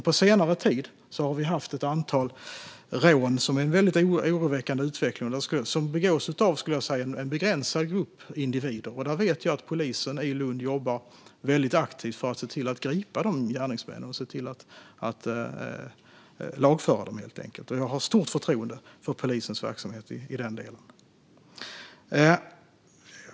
På senare tid har det varit ett antal rån med en oroväckande utveckling som begås av en begränsad grupp individer. Där vet jag att polisen i Lund jobbar aktivt för att gripa och lagföra gärningsmännen. Jag har stort förtroende för polisens verksamhet i den delen.